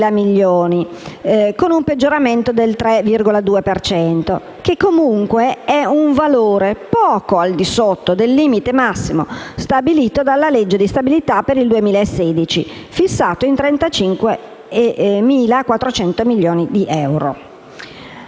di euro, con un peggioramento del 3,2 per cento. Questo è comunque un valore poco al di sotto del limite massimo stabilito dalla legge di stabilità per il 2016, fissato in 35.400 milioni di euro.